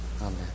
Amen